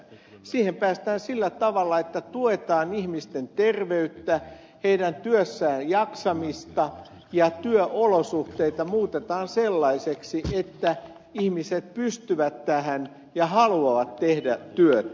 siihen päästään sillä tavalla että tuetaan ihmisten terveyttä heidän työssään jaksamista ja työolosuhteita muutetaan sellaisiksi että ihmiset pystyvät tähän ja haluavat tehdä työtä